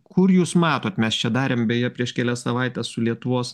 kur jūs matot mes čia darėm beje prieš kelias savaites su lietuvos